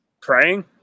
Praying